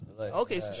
Okay